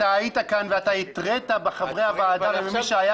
אתה היית כאן ואתה התרית בחברי הוועדה ובמי שהיה